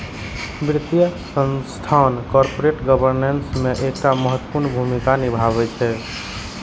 वित्तीय संस्थान corporate governance मे एकटा महत्वपूर्ण भूमिका निभाबै छै